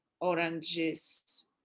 oranges